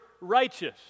righteous